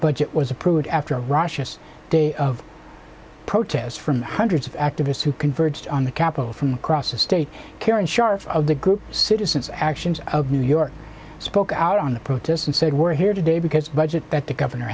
it was approved after russia's day of protests from hundreds of activists who converged on the capital from across the state karen scharf of the group citizens actions of new york spoke out on the protest and said we're here today because budget that the governor